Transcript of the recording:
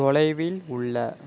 தொலைவில் உள்ள